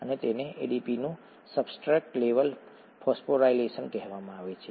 અને તેને એડીપીનું સબસ્ટ્રેટ લેવલ ફોસ્ફોરાયલેશન કહેવામાં આવે છે